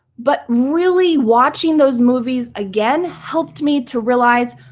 but really watching those movies again helped me to realize,